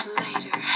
later